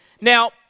Now